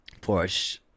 Porsche